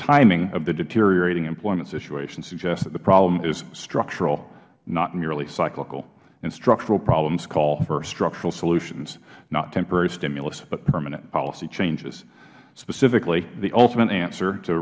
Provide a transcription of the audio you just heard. timing of deteriorating employment situations suggests the problem is structural not merely cyclical structural problems call for structural solutions not temporary stimulus but permanent policy changes specifically the ultimate answer to